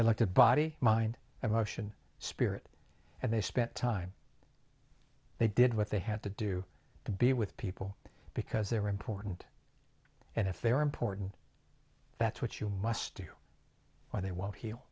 the body mind and russian spirit and they spent time they did what they had to do to be with people because they were important and if they are important that's what you must do or they won't heal